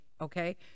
okay